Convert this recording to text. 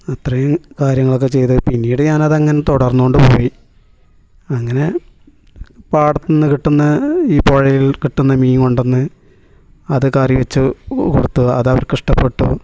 അത്രയും കാര്യങ്ങളൊക്കെ ചെയ്ത് പിന്നീട് ഞാൻ അതങ്ങനെ തുടർന്നുകൊണ്ടു പോയി അങ്ങനെ പാടത്തിൽ നിന്ന് കിട്ടുന്ന ഈ പുഴയിൽ കിട്ടുന്ന മീൻ കൊണ്ടുവന്ന് അത് കറി വെച്ച് കൊടുത്തു അത് അവർക്ക് ഇഷ്ടപ്പെട്ടു